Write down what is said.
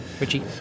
Richie